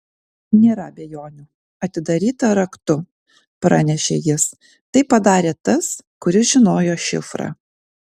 nėra abejonių atidaryta raktu pranešė jis tai padarė tas kuris žinojo šifrą